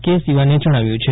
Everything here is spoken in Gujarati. કે સિવાને જણાવ્યું છે